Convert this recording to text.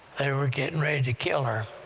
were getting ready to kill her,